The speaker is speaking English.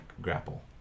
grapple